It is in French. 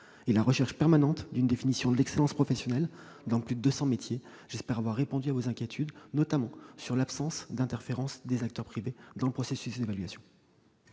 la recherche permanente d'une définition de l'excellence professionnelle dans plus de deux cents métiers. Monsieur le sénateur, j'espère avoir répondu à vos inquiétudes, notamment quant à l'absence d'interférence des acteurs privés dans le processus d'évaluation.